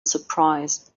surprise